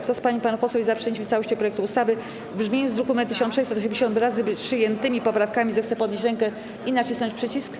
Kto z pań i panów posłów jest za przyjęciem w całości projektu ustawy w brzmieniu z druku nr 1680, wraz z przyjętymi poprawkami, zechce podnieść rękę i nacisnąć przycisk.